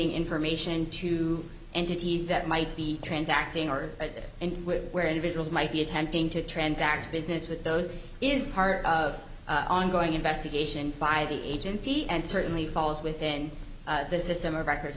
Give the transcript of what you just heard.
information to entities that might be transacting or and where individuals might be attempting to transact business with those is part of ongoing investigation by the agency and certainly falls within the system of records